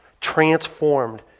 transformed